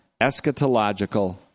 eschatological